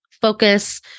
focus